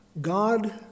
God